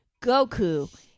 Goku